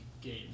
games